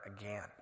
again